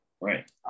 Right